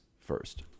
first